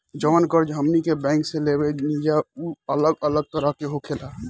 जवन कर्ज हमनी के बैंक से लेवे निजा उ अलग अलग तरह के होखेला